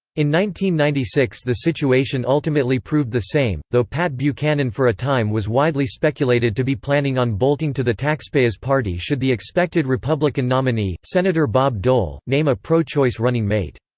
ninety ninety six the situation ultimately proved the same, though pat buchanan for a time was widely speculated to be planning on bolting to the taxpayers' party should the expected republican nominee, senator bob dole, name a pro-choice running-mate.